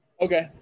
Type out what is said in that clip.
Okay